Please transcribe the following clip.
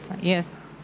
yes